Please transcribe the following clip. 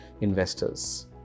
investors